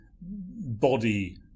body